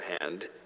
hand